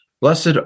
Blessed